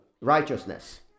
righteousness